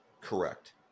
correct